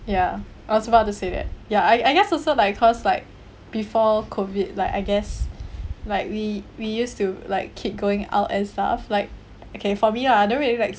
ya I was about to say that ya I I guess also like cause like before COVID like I guess like we we used to like keep going out and stuff like okay for me lah I don't really likes